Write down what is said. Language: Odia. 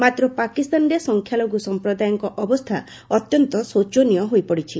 ମାତ୍ର ପାକିସ୍ତାନରେ ସଂଖ୍ୟାଲଘୁ ସଂପ୍ରଦାୟଙ୍କ ଅବସ୍ଥା ଅତ୍ୟନ୍ତ ଶୋଚନୀୟ ହୋଇପଡ଼ିଛି